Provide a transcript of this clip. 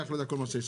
וכולי.